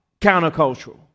countercultural